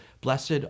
blessed